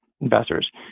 investors